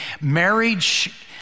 marriage